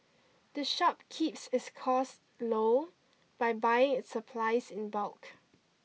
the shop keeps its costs low by buying its supplies in bulk